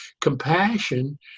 compassion